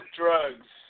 drugs